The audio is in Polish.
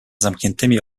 zamkniętymi